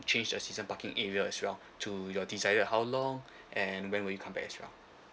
change your season parking area as well to your desire how long and when will you come back as well